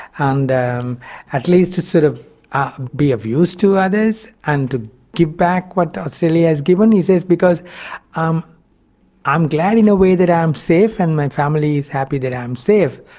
and um at least to sort of be of use to others and to give back what australia has given. he says um i'm glad in a way that i'm safe, and my family is happy that i'm safe,